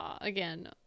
Again